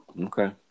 Okay